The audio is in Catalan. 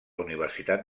universitat